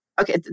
Okay